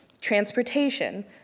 Transportation